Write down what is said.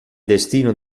destino